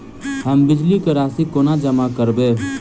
हम बिजली कऽ राशि कोना जमा करबै?